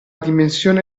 dimensione